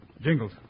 Jingles